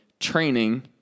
training